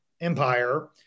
Empire